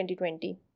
2020